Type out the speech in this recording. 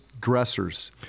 dressers